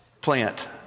plant